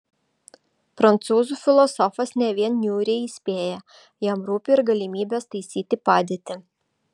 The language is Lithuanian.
prancūzų filosofas ne vien niūriai įspėja jam rūpi ir galimybės taisyti padėtį